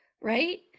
right